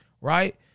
Right